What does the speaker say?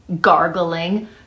gargling